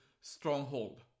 stronghold